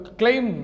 claim